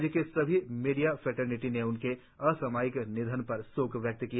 राज्य के सभी मीडिया फेटरनिती ने उनके असामयिक निधन पर शोक व्यक्त किया